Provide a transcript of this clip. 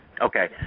Okay